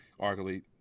arguably